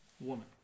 Woman